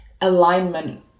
alignment